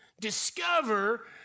Discover